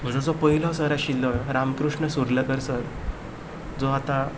म्हजो जो पयलो सर आशिल्लो रामकृष्ण सुर्लकर सर जो आतां